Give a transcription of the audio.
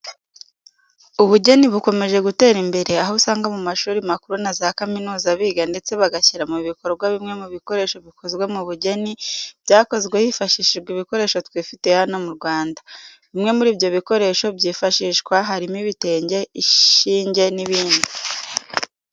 Ubugeni bukomeje gutera imbere, aho usanga mu mashuri makuru na za kaminuza biga ndetse bagashyira mu bikorwa bimwe mu bikoresho bikoze mu bugeni, byakozwe hifashishijwe ibikoresho twifitiye hano mu Rwanda. Bimwe muri ibyo bikoresho byifashishwa harimo ibitenge, ishinge n'ibindi.